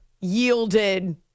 yielded